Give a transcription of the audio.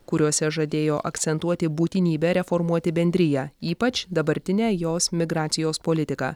kuriuose žadėjo akcentuoti būtinybę reformuoti bendriją ypač dabartinę jos migracijos politiką